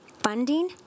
funding